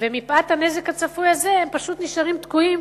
ומפאת הנזק הצפוי הזה הם פשוט נשארים תקועים